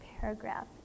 paragraph